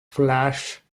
flash